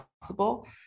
possible